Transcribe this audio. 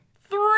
three